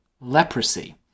leprosy